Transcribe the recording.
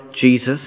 Jesus